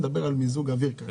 אני מדבר על מיזוג אוויר כרגע.